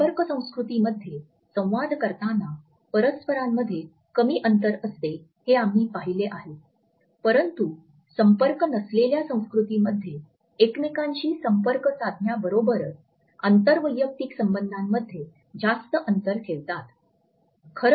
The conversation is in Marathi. संपर्क संस्कृतीमध्ये संवाद करताना परस्परांमध्ये कमी अंतर असते हे आम्ही पाहिले आहे परंतु संपर्क नसलेल्या संस्कृतीमध्ये एकमेकांशी संपर्क साधण्याबरोबरच आंतर वैयक्तिक संबंधांमध्ये जास्त अंतर ठेवतात